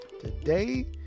today